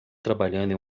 trabalhando